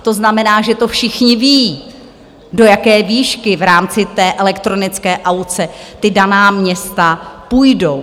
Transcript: To znamená, že to všichni vědí, do jaké výšky v rámci té elektronické aukce ta daná města půjdou.